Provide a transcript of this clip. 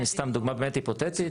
סתם דוגמה באמת היפותטית.